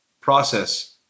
process